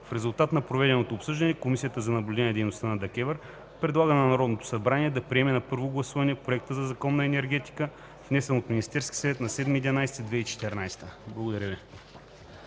В резултат на проведеното обсъждане Комисията за наблюдение на дейността на ДКЕВР предлага на Народното събрание да приеме на първо гласуване Проекта на Закона за енергетиката, внесен от Министерския съвет на 7 ноември 2014 г.” Благодаря Ви.